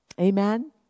Amen